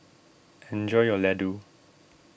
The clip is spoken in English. enjoy your Laddu